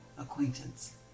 acquaintance